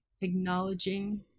acknowledging